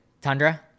Tundra